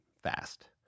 fast